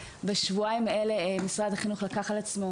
בשבועיים האחרונים משרד החינוך לקח על עצמו